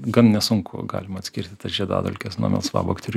gan nesunku galima atskirti tas žiedadulkes nuo melsvabakterių